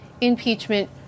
impeachment